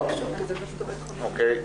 או.קיי.